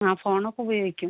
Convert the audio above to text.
ആ ഫോൺ ഒക്കെ ഉപയോഗിക്കും